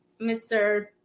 Mr